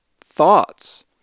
thoughts